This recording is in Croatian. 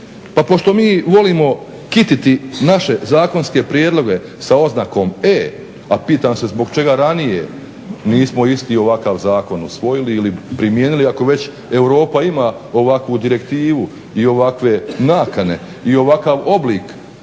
Pa pošto mi volimo kititi naše zakonske prijedloge sa oznakom E, a pitam se zbog čega ranije nismo isti ovakav zakon usvojili ili primijenili ako već Europa ima ovakvu direktivu i ovakve nakane i ovakav oblik